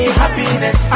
happiness